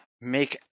make